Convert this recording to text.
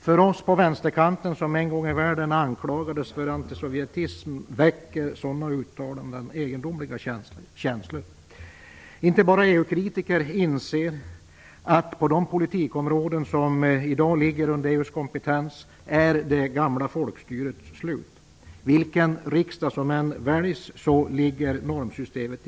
För oss på vänsterkanten, som en gång i världen anklagades för anti-sovjetism, väcker sådana uttalanden egendomliga känslor. Inte bara EU-kritiker inser att det gamla folkstyret är slut på de politikområden som i dag ligger under EU:s kompetens. Normsystemet ligger i princip fast vilken riksdag som än väljs.